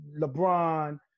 LeBron